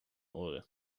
oren